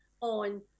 on